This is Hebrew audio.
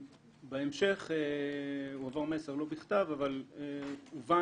בהמשך הועבר מסר לא בכתב אבל הובן